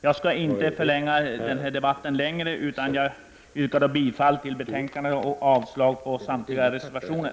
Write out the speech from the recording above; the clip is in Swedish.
Jag skall inte förlänga debatten, utan jag yrkar bifall till hemställan och avslag på samtliga reservationer.